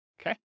Okay